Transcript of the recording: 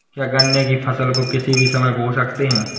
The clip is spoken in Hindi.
क्या गन्ने की फसल को किसी भी समय बो सकते हैं?